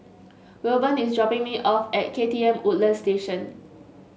Wilburn is dropping me off at K T M Woodlands Station